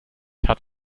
hat